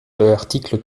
l’article